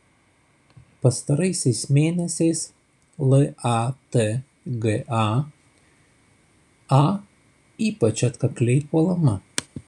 pastaraisiais mėnesiais latga a ypač atkakliai puolama